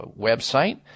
website